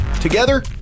Together